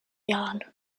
jahn